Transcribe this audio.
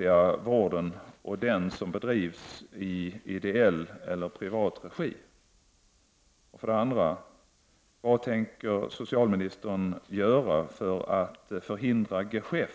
Gudrun Schyman har till socialministern ställt följande frågor: